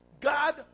God